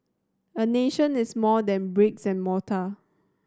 a nation is more than bricks and mortar